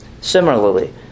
similarly